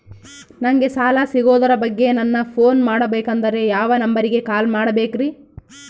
ನಂಗೆ ಸಾಲ ಸಿಗೋದರ ಬಗ್ಗೆ ನನ್ನ ಪೋನ್ ಮಾಡಬೇಕಂದರೆ ಯಾವ ನಂಬರಿಗೆ ಕಾಲ್ ಮಾಡಬೇಕ್ರಿ?